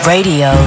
Radio